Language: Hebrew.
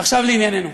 ועכשיו לענייננו.